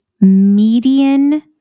median